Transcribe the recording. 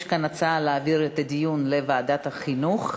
יש כאן הצעה להעביר את הדיון לוועדת החינוך.